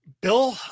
Bill